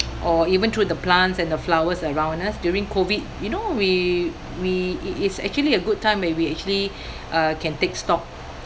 or even through the plants and the flowers around us during COVID you know we we it is actually a good time where we actually uh can take stock